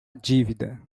dívida